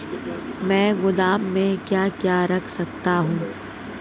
मैं गोदाम में क्या क्या रख सकता हूँ?